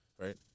Right